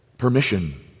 permission